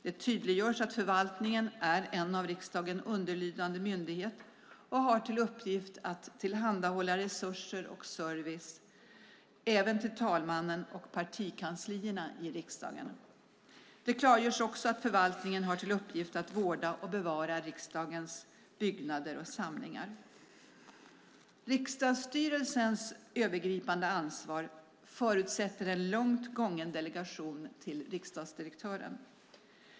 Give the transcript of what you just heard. Det tydliggörs att förvaltningen är underlydande myndighet under riksdagen och har till uppgift att tillhandahålla resurser och service även till talmannen och partikanslierna i riksdagen. Det klargörs också att förvaltningen har till uppgift att vårda och bevara riksdagens byggnader och samlingar. Riksdagsstyrelsens övergripande ansvar förutsätter en långt gången delegation till riksdagsdirektören.